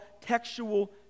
textual